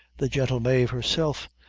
the gentle mave herself,